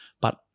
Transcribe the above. but-